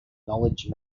knowledge